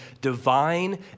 divine